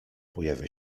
pojawia